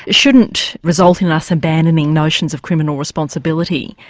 shouldn't result in us abandoning notions of criminal responsibility.